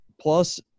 Plus